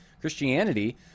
Christianity